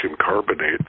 carbonate